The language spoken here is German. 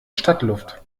stadtluft